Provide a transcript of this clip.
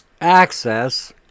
access